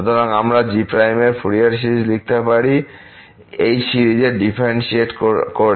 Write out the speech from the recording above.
সুতরাং আমরা g এর ফুরিয়ার সিরিজ লিখতে পারি এই সিরিজের ডিফারেন্টশিয়েট করে